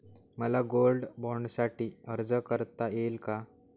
मला गोल्ड बाँडसाठी अर्ज करता येईल का?